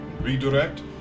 redirect